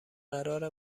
قرار